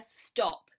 stop